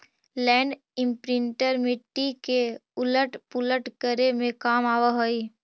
land imprinter मिट्टी के उलट पुलट करे में काम आवऽ हई